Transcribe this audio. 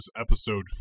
episode